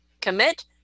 Commit